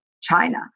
China